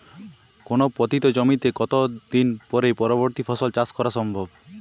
কোনো পতিত জমিতে কত দিন পরে পরবর্তী ফসল চাষ করা সম্ভব?